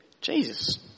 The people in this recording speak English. jesus